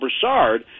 Broussard